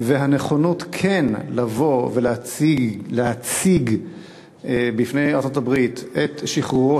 והנכונות כן לבוא ולהציג בפני ארצות-הברית את שחרורו